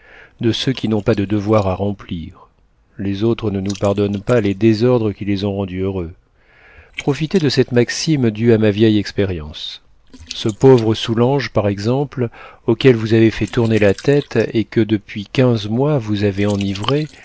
de ceux qui n'ont pas de devoirs à remplir les autres ne nous pardonnent pas les désordres qui les ont rendus heureux profitez de cette maxime due à ma vieille expérience ce pauvre soulanges par exemple auquel vous avez fait tourner la tête et que depuis quinze mois vous avez enivré